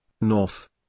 north